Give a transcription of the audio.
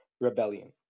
Rebellion